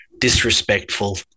disrespectful